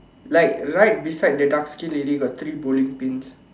like right beside the dark skin lady got three bowling pins